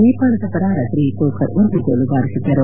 ನೇಪಾಳದ ಪರ ರಜನಿ ತೋಕರ್ ಒಂದು ಗೋಲು ಬಾರಿಸಿದ್ದರು